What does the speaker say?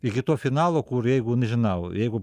iki to finalo kur jeigu nežinau jeigu